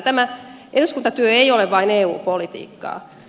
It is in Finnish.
tämä eduskuntatyö ei ole vain eu politiikkaa